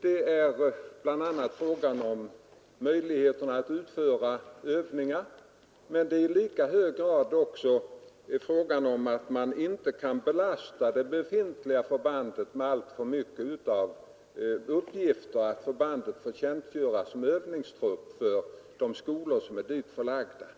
Det är bl.a. fråga om möjligheten att utföra övningar, men det är i lika hög grad fråga om att man inte kan belasta det befintliga förbandet med alltför många uppgifter, så att förbandet får tjänstgöra som övningstrupp för de skolor som är förlagda dit.